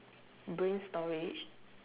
brain storage